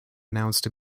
announced